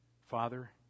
Father